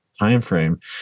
timeframe